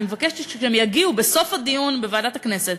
אני מבקשת שכשהם יגיעו בסוף הדיון בוועדת הכנסת,